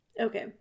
Okay